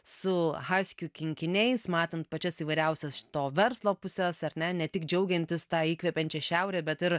su haskių kinkiniais matant pačias įvairiausias to verslo puses ar ne ne tik džiaugiantis tą įkvepiančią šiaurę bet ir